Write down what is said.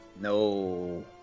No